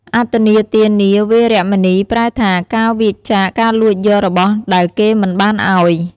អទិន្នាទានា វេរមណី ប្រែថា ការវៀរចាកការលួចយករបស់ដែលគេមិនបានឲ្យ។